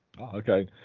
Okay